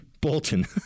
Bolton